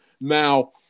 Now –